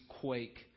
quake